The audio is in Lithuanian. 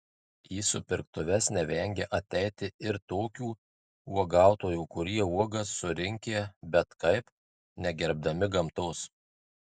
į supirktuves nevengia ateiti ir tokių uogautojų kurie uogas surinkę bet kaip negerbdami gamtos